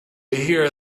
hear